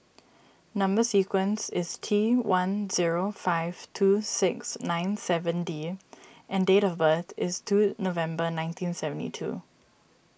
Number Sequence is T one zero five two six nine seven D and date of birth is two November nineteen seventy two